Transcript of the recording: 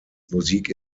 musik